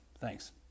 Thanks